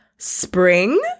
spring